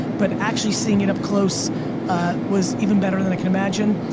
but actually seeing it up close was even better than i could imagine.